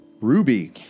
Ruby